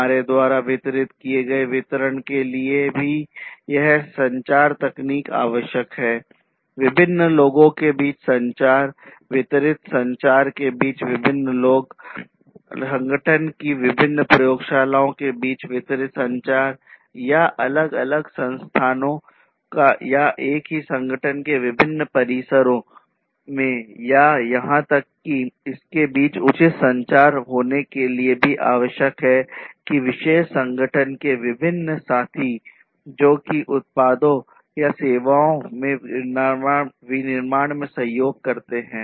हमारे द्वारा वितरित किए गए वितरण के लिए भी यह संचार तकनीक आवश्यक है विभिन्न लोगों के बीच संचार वितरित संचार के बीच विभिन्न लोगों संगठन की विभिन्न प्रयोगशालाओं के बीच वितरित संचार या अलग अलग स्थानों या एक ही संगठन के विभिन्न परिसरों में या यहां तक कि इसके बीच उचित संचार होने के लिए भी आवश्यक है किसी विशेष संगठन के विभिन्न साथी जो की उत्पादों या सेवाओं के विनिर्माण के लिए सहयोग करते हैं